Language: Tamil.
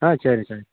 ஆ சரி சார்